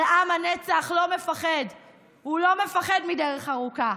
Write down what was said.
אבל עם הנצח לא מפחד מדרך ארוכה.